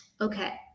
Okay